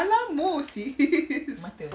!alamak! sis